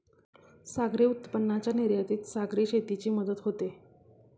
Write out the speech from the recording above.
सागरी उत्पादनांच्या निर्यातीत सागरी शेतीची मदत होते